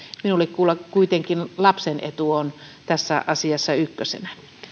minulle kuitenkin lapsen etu on tässä asiassa ykkösenä